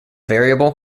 variable